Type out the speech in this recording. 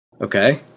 Okay